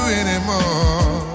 anymore